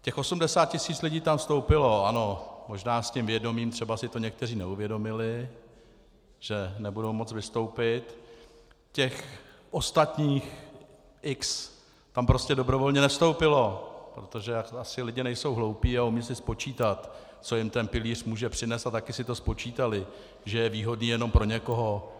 Těch 80 tisíc lidí tam vstoupilo, ano, možná s tím vědomím, třeba si to někteří neuvědomili, že nebudou moci vystoupit, těch ostatních x tam prostě dobrovolně nevstoupilo, protože asi lidé nejsou hloupí a umí si spočítat, co jim ten pilíř může přinést, a také si to spočítali, že je výhodný jen pro někoho.